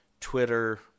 twitter